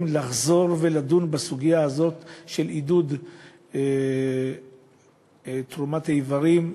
לחזור ולדון בסוגיה הזאת של עידוד תרומת איברים.